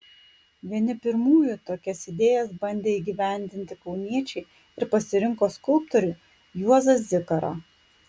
vieni pirmųjų tokias idėjas bandė įgyvendinti kauniečiai ir pasirinko skulptorių juozą zikarą